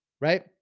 right